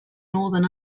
northern